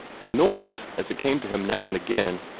the noise, as it came to him now and again,